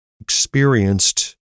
experienced